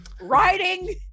writing